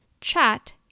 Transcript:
chat